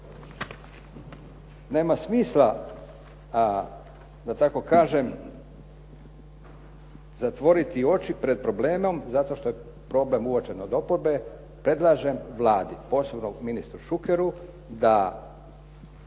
Nema smisla, da tako kažem zatvoriti oči pred problemom zato što je problem uočen od oporbe, predlažem Vladi, posebno ministru Šukeru da